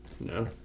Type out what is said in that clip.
No